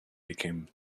became